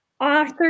Author